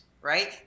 Right